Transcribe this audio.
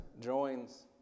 joins